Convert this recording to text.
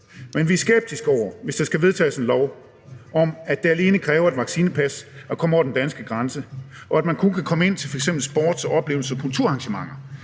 Men vi er skeptiske, hvis der skal vedtages en lov om, at det alene kræver et vaccinepas at komme over den danske grænse, og at man kun kan komme ind til f.eks. sportsoplevelser og kulturarrangementer,